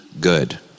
good